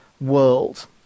world